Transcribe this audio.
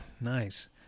Nice